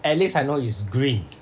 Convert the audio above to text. at least I know is green